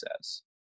says